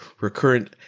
recurrent